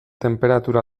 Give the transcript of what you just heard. tenperatura